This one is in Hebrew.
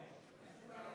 גברתי